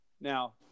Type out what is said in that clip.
Now